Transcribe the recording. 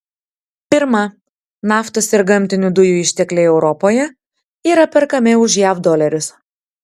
pirma naftos ir gamtinių dujų ištekliai europoje yra perkami už jav dolerius